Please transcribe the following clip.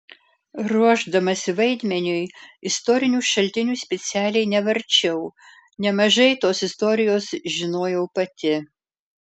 ruošdamasi vaidmeniui istorinių šaltinių specialiai nevarčiau nemažai tos istorijos žinojau pati